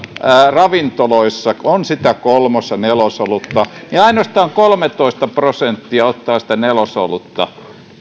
ravintoloissa on sitä kolmos ja nelosolutta ainoastaan kolmetoista prosenttia ottaa sitä nelos olutta